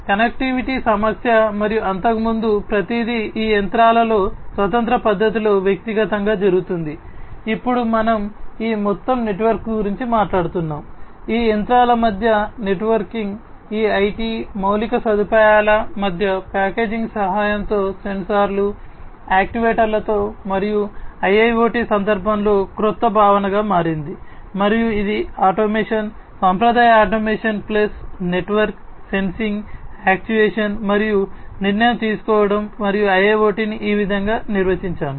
connectivity సమస్య మరియు అంతకుముందు ప్రతిదీ ఈ యంత్రాలలో స్వతంత్ర పద్ధతిలో వ్యక్తిగతంగా జరుగుతోంది ఇప్పుడు మనం ఈ మొత్తం నెట్వర్క్డ్ గురించి మాట్లాడుతున్నాము ఈ యంత్రాల మధ్య నెట్వర్కింగ్ ఈ ఐటి మౌలిక సదుపాయాల మధ్య ప్యాకేజింగ్ సహాయంతో సెన్సార్లు యాక్యుయేటర్లతో మరియు IIoT సందర్భంలో క్రొత్త భావనగా మారింది మరియు ఇది ఆటోమేషన్ సాంప్రదాయ automation plus network sensing actuation మరియు నిర్ణయం తీసుకోవడం మరియు IIoT ను ఈ విధంగా నిర్వచించాను